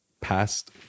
past